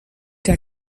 der